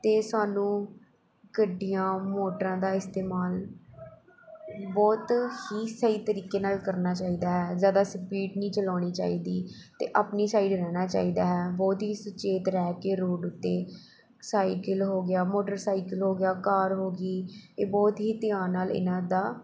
ਅਤੇ ਸਾਨੂੰ ਗੱਡੀਆਂ ਮੋਟਰਾਂ ਦਾ ਇਸਤੇਮਾਲ ਬਹੁਤ ਹੀ ਸਹੀ ਤਰੀਕੇ ਨਾਲ ਕਰਨਾ ਚਾਹੀਦਾ ਹੈ ਜ਼ਿਆਦਾ ਸਪੀਟ ਨਹੀਂ ਚਲਾਉਣੀ ਚਾਹੀਦੀ ਅਤੇ ਆਪਣੀ ਸਾਈਡ ਰਹਿਣਾ ਚਾਹੀਦਾ ਹੈ ਬਹੁਤ ਹੀ ਸੁਚੇਤ ਰਹਿ ਕੇ ਰੋਡ ਉੱਤੇ ਸਾਈਕਲ ਹੋ ਗਿਆ ਮੋਟਰਸਾਈਕਲ ਹੋ ਗਿਆ ਕਾਰ ਹੋ ਗਈ ਇਹ ਬਹੁਤ ਹੀ ਧਿਆਨ ਨਾਲ ਇਹਨਾਂ ਦਾ